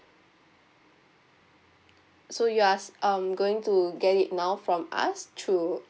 so you are um going to get it now from us through